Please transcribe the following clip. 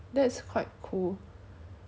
电视上电视台上